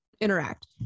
interact